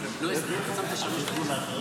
עשר דקות, שמת שלוש דקות.